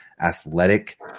athletic